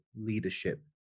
leadership